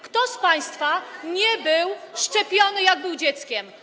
Kto z państwa nie był szczepiony, jak był dzieckiem?